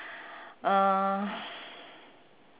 uh